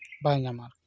ᱵᱟᱭ ᱧᱟᱢᱟ ᱟᱨᱠᱤ